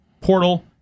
portal